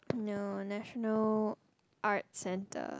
no national art centre